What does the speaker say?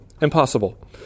Impossible